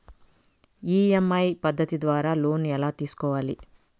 EMI పద్ధతి ద్వారా loan ఎలా తీసుకోవాలి